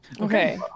Okay